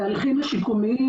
הליכים שיקומיים